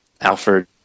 Alfred